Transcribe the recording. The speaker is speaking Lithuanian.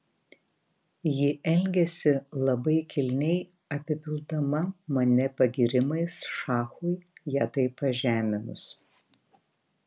ji elgėsi labai kilniai apipildama mane pagyrimais šachui ją taip pažeminus